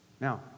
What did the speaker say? Now